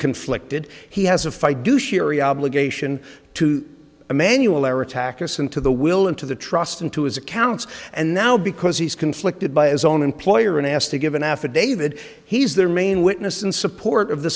conflicted he has a fight do shiri obligation to emanuel or attack us into the will into the trust into his accounts and now because he's conflicted by its own employer and asked to give an affidavit he's their main witness in support of th